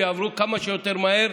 ויעברו כמה שיותר מהר,